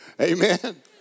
Amen